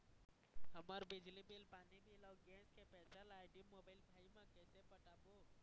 हमर बिजली बिल, पानी बिल, अऊ गैस के पैसा ला आईडी, मोबाइल, भाई मे कइसे पटाबो?